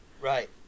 Right